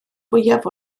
fwyaf